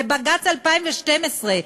בבג"ץ ב-2012,